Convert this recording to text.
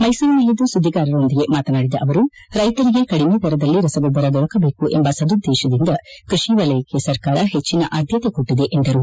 ಮೈಸೂರಿನಲ್ಲಿಂದು ಸುದ್ದಿಗಾರರೊಂದಿಗೆ ಮಾತನಾಡಿದ ಅವರು ರೈಶರಿಗೆ ಕಡಿಮೆ ದರದಲ್ಲಿ ರಸಗೊಬ್ಬರ ದೊರಕಬೇಕು ಎಂಬ ಸದುದ್ವೇಶದಿಂದ ಕೃಷಿ ವಲಯಕ್ಕೆ ಸರ್ಕಾರ ಹೆಜ್ಜನ ಆದ್ಮತೆ ಕೊಟ್ಟದೆ ಎಂದರು